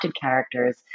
characters